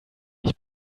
ich